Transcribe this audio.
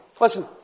listen